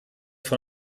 von